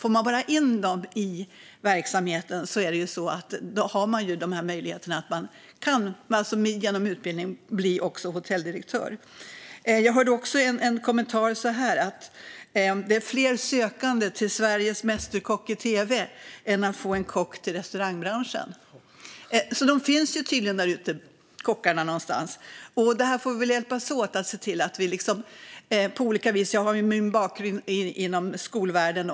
Om människor kommer in i verksamheten har de möjligheter att genom utbildning bli också hotelldirektör. Jag hörde också en kommentar om att det är fler sökande till Sveriges mästerkock i tv än det finns kockar att få till restaurangbranschen. Så kockarna finns tydligen där ute någonstans. Och vi får hjälpas åt på olika sätt. Jag har min bakgrund inom skolvärlden.